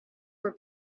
were